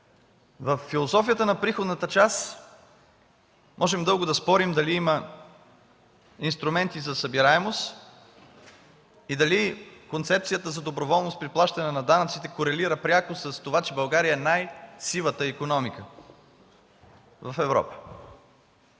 Във философията на приходната част можем дълго да спорим дали има инструменти за събираемост и дали концепцията за доброволност при плащане на данъците корелира пряко с това, че България е с най-сивата икономика в Европа.